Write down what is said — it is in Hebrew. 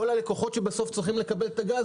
הלקוחות שצריכים לקבל הגז,